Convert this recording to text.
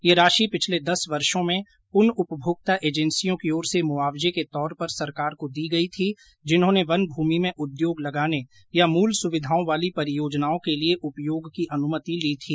यह राशि पिछले दस वर्षो में उन उपमोक्ता एजेंसियों की ओर से मुआवजे के तौर पर सरकार को दी गई थी जिन्होंने वन मूमि में उद्योग लगाने या मूल सुविधाओं वाली परियोजनाओं के लिए उपयोग की अनुमति लो थी